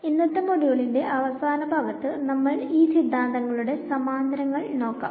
ഇന്നത്തെ മൊഡ്യുളിന്റെ അവസാനത്തെ ഭാഗത്തു നമ്മൾ ഈ സിദ്ധാന്തങ്ങളുടെ സാമാന്തരങ്ങൾ നോക്കാം